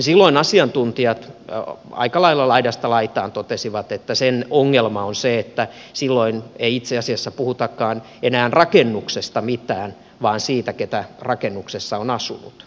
silloin asiantuntijat aika lailla laidasta laitaan totesivat että sen ongelma on se että silloin ei itse asiassa puhutakaan enää rakennuksesta mitään vaan siitä keitä rakennuksessa on asunut